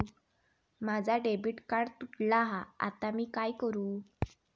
माझा debit card तुटला हा आता मी काय करू?